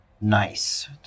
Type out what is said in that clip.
Nice